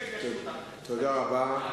תודה רבה.